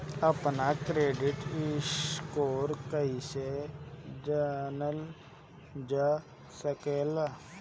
अपना credit score केगा जानल जा सकेला?